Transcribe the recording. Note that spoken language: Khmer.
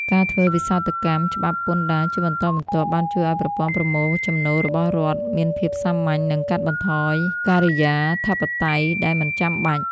ការធ្វើវិសោធនកម្មច្បាប់ពន្ធដារជាបន្តបន្ទាប់ បានជួយឱ្យប្រព័ន្ធប្រមូលចំណូលរបស់រដ្ឋមានភាពសាមញ្ញ និងកាត់បន្ថយការិយាធិបតេយ្យដែលមិនចាំបាច់។